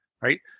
right